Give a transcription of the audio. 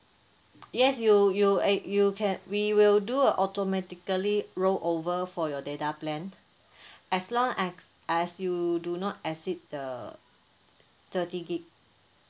yes you you eh you can we will do a automatically roll over for your data plan as long as as you do not exceed the thirty gig